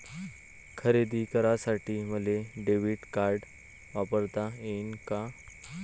खरेदी करासाठी मले डेबिट कार्ड वापरता येईन का?